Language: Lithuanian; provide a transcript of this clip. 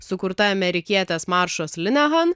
sukurta amerikietės maršos linehan